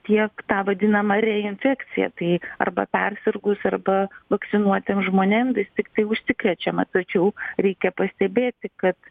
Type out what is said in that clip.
tiek tą vadinamą reinfekciją tai arba persirgus arba vakcinuotiem žmonėm vis tiktai užsikrečiama tačiau reikia pastebėti kad